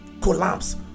collapse